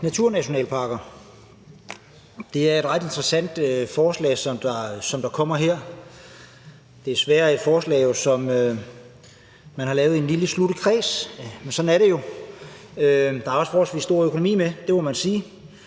naturnationalparker, som kommer her. Det er jo desværre et forslag, som man har lavet i en lille sluttet kreds, men sådan er det jo. Der er også forholdsvis stor økonomi med. Det må man sige.